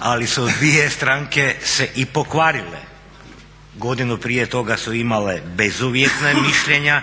Ali su dvije stranke se i po kvarile. Godinu prije toga su imale bezuvjetna mišljenja